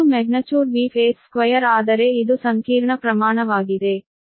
ಆದ್ದರಿಂದ 3 Vphase2ಆದರೆ ಇದು ಸಂಕೀರ್ಣ ಪ್ರಮಾಣವಾಗಿದೆ